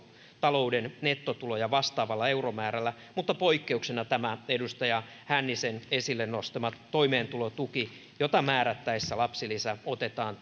nettotuloja vastaavalla euromäärällä mutta poikkeuksena tämä edustaja hännisen esille nostama toimeentulotuki jota määrättäessä lapsilisä otetaan